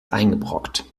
eingebrockt